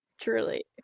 truly